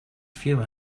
few